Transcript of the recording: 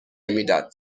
میداد